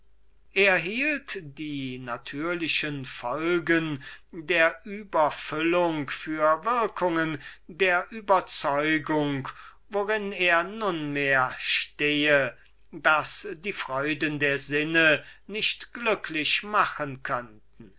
hielt die natürlichen folgen der überfüllung für würkungen der überzeugung worin er nunmehr stehe daß die freuden der sinne nicht glücklich machen